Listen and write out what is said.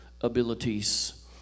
abilities